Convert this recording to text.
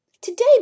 Today